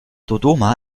dodoma